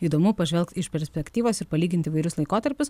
įdomu pažvelgt iš perspektyvos ir palyginti įvairius laikotarpius